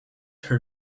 her